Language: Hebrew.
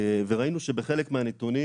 ראינו שבחלק מהנתונים